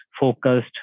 focused